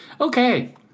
Okay